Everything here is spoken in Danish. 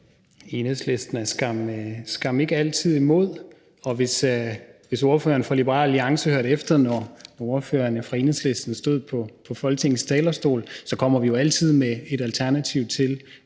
Enhedslisten er skam ikke altid imod, og hvis ordføreren for Liberal Alliance hørte efter, når ordførerne fra Enhedslisten stod på Folketingets talerstol, ville han vide, at vi jo altid kommer med et alternativ til,